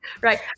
right